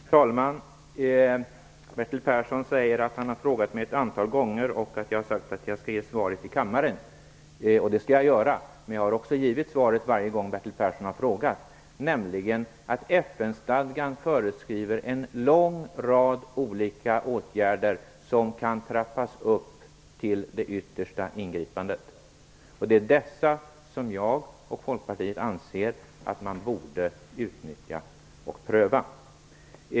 Herr talman! Bertil Persson säger att han har frågat mig ett antal gånger och att jag har sagt att jag skall ge svar i kammaren. Det skall jag göra, men jag har också givit svar varje gång Bertil Persson har frågat. FN-stadgan föreskriver nämligen en lång rad olika åtgärder som kan trappas upp till det yttersta ingripandet. Det är dessa som jag och Folkpartiet anser att man borde utnyttja och pröva.